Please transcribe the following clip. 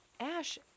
Ash